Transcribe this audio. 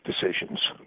decisions